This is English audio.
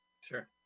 sure